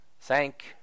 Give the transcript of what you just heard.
Thank